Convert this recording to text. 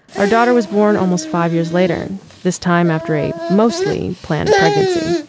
our daughter was born almost five years later, this time after a mostly planned pregnancy.